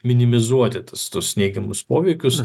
minimizuoti tas tuos neigiamus poveikius